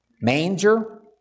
manger